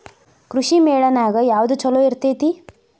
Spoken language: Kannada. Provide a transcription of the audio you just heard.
ಕೃಷಿಮೇಳ ನ್ಯಾಗ ಯಾವ್ದ ಛಲೋ ಇರ್ತೆತಿ?